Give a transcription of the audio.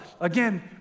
Again